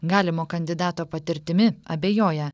galimo kandidato patirtimi abejoja